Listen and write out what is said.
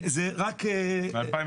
זה רק מ-2018.